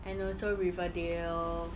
and also river dale